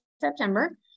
September